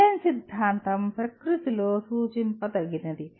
design సిద్ధాంతం ప్రకృతిలో సూచించదగినది